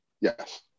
Yes